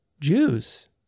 Jews